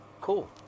cool